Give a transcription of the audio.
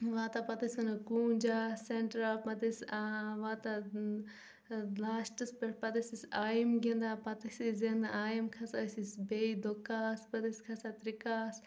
واتان پتہٕ أسۍ ونان کوٗنجا سینٹرا پتہٕ ٲسۍ اۭں واتان لاسٹس پٮ۪ٹھ پتہٕ أسۍ آیم گِنٛدان پتہٕ ٲسۍ أسۍ زینان ایم کھسان أسۍ أسۍ بیٚیہِ دُکاہس پتہٕ أسۍ کھسان ترکاہس